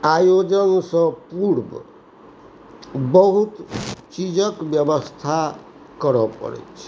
आयोजनसँ पूर्व बहुत चीजके बेबस्था करऽ पड़ै छै